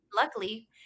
Luckily